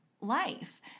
life